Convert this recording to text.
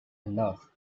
enough